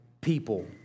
people